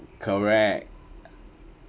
correct